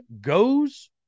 goes